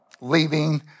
leaving